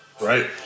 Right